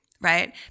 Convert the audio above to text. right